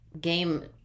game